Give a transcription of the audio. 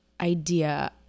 idea